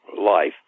life